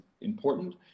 important